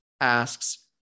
asks